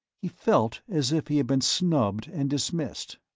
he felt as if he had been snubbed and dismissed.